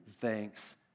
thanks